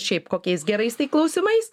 šiaip kokiais gerais tai klausimais